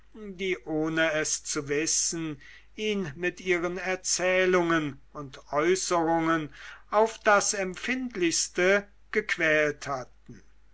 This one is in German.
die ohne es zu wissen ihn mit ihren erzählungen und äußerungen auf das empfindlichste gequält hatten